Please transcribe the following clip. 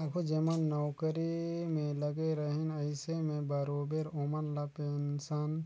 आघु जेमन नउकरी में लगे रहिन अइसे में बरोबेर ओमन ल पेंसन